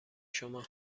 شما